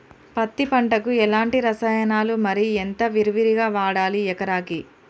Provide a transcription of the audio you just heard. పత్తి పంటకు ఎలాంటి రసాయనాలు మరి ఎంత విరివిగా వాడాలి ఎకరాకి?